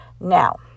Now